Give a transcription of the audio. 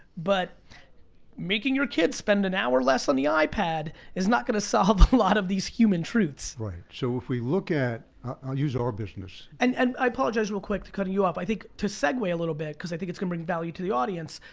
but making your kids spend an hour less on the ipad is not gonna solve a lot of these human truths. so, if we look at, i'll use our business. and and i apologize, real quick, to cutting you off. i think, to segue a little bit, cause i think it's gonna bring value to the audience,